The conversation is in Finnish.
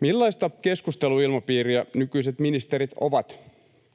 Millaista keskusteluilmapiiriä nykyiset ministerit ovat